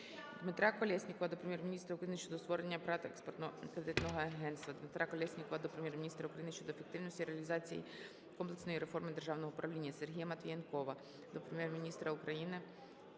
Дмитра Колєснікова до Прем'єр-міністра України щодо створення ПрАТ Експортно-кредитного агентства. Дмитра Колєснікова до Прем'єр-міністра України щодо ефективності реалізації комплексної реформи державного управління. Сергія Матвієнкова до Прем'єр-міністра України